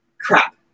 crap